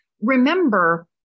remember